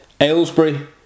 Aylesbury